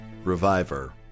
Reviver